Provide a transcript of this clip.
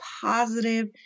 positive